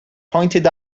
pointed